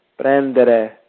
Prendere